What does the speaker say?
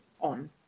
on